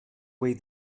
way